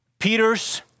Peter's